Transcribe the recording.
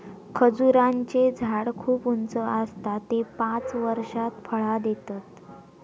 खजूराचें झाड खूप उंच आसता ते पांच वर्षात फळां देतत